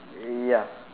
ya